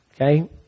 Okay